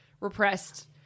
repressed